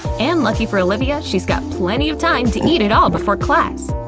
and lucky for olivia, she's got plenty of time to eat it all before class.